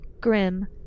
grim